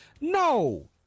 No